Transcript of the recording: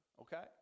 okay